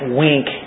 wink